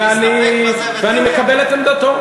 ואני מקבל את עמדתו.